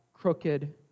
crooked